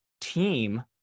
team